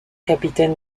capitaine